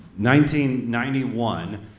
1991